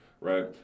Right